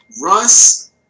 Russ